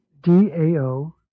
DAO